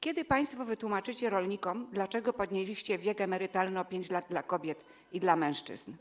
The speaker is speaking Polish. Kiedy państwo wytłumaczycie rolnikom, dlaczego podnieśliście wiek emerytalny o 5 lat dla kobiet i dla mężczyzn?